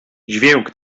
dźwięk